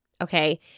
okay